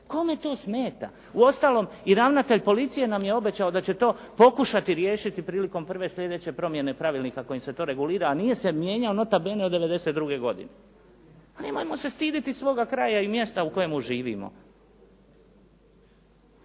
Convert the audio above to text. Kome to smeta? Uostalom i ravnatelj policije nam je obećao da će to pokušati riješiti prilikom prve sljedeće promjene pravilnika kojim se to regulira, a nije se mijenjao nota bene od '92. godine. Pa nemojmo se stidjeti svoga kraja i mjesta u kojemu živimo.